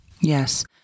Yes